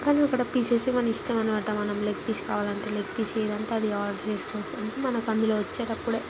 కాని అక్కడ పీసెస్ మన ఇష్టమనమాట మనం లెగ్ పీస్ కావాలంటే లెగ్ పీస్ ఏదంటే అది కావాలంటే ఆర్డర్ చేసుకోవచ్చు మనకు అందులో వచ్చేటప్పుడే